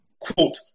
Quote